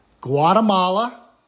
Guatemala